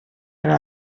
era